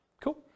Cool